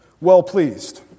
well-pleased